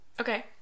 Okay